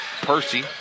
Percy